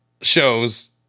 shows